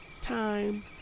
time